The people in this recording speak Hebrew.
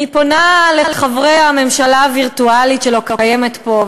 אני פונה לחברי הממשלה הווירטואלית שלא קיימת פה,